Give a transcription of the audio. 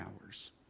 hours